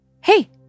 Hey